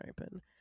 open